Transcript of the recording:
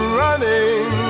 running